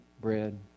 bread